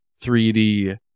3d